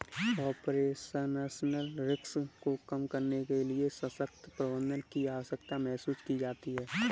operational risk को कम करने के लिए सशक्त प्रबंधन की आवश्यकता महसूस की जाती है